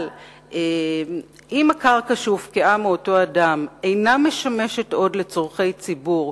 אבל אם הקרקע שהופקעה מאותו אדם אינה משמשת עוד לצורכי ציבור,